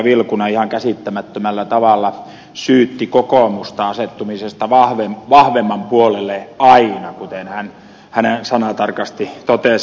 vilkuna ihan käsittämättömällä tavalla syytti kokoomusta asettumisesta vahvemman puolelle aina kuten hän sanatarkasti totesi